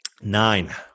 Nine